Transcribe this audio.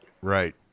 Right